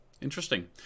interesting